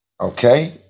Okay